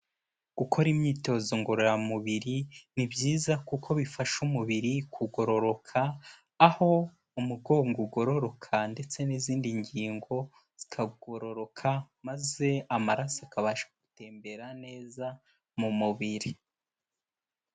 Gukora imyitozo ngororamubiri ni byiza kuko bifasha umubiri kugororoka, aho umugongo ugororoka ndetse n'izindi ngingo zikagororoka maze amaraso akabasha gutembera neza mu mubiri.